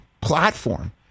platform